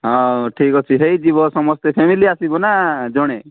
ହଁ ଠିକ୍ ଅଛି ହୋଇଯିବ ସମସ୍ତେ ଫାମିଲି ଆସିବ ନା ଜଣେ